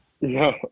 No